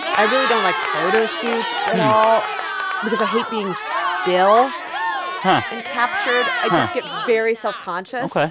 i really don't like photo shoots at all because i hate being still and and captured. i just get very self-conscious ok.